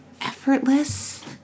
effortless